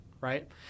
right